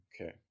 Okay